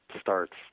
starts